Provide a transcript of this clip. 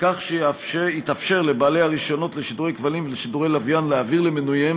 כך שיתאפשר לבעלי הרישיונות לשידורי כבלים ולשידורי לוויין להעביר למנוייהם